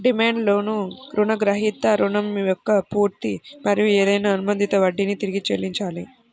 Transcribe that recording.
demand లోన్లో రుణగ్రహీత రుణం యొక్క పూర్తి మరియు ఏదైనా అనుబంధిత వడ్డీని తిరిగి చెల్లించాలి